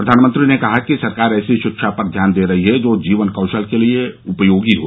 प्रधानमंत्री ने कहा कि सरकार ऐसी शिक्षा पर ध्यान दे रही है जो जीवन कौशल के लिए उपयोगी हो